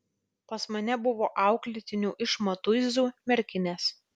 pas mane buvo auklėtinių iš matuizų merkinės